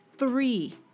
three